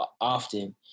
often